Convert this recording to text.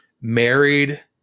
married